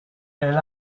elle